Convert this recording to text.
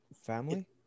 family